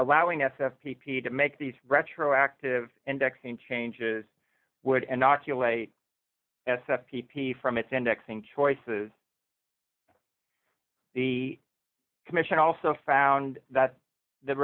allowing us f p p to make these retroactive indexing changes would an ocular s f p p from its indexing choices the commission also found that the